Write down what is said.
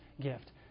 gift